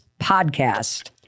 podcast